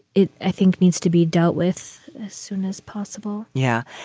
it i think, needs to be dealt with as soon as possible yeah.